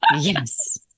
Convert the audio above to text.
Yes